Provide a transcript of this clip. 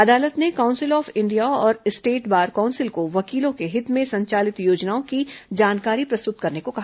अदालत ने council of India और स्टेट बार काउंसिल को वकीलों के हित में संचालित योजनाओं की जानकारी प्रस्तुत करने को कहा